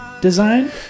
design